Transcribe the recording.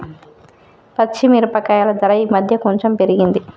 పచ్చి మిరపకాయల ధర ఈ మధ్యన కొంచెం పెరిగింది